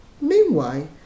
meanwhile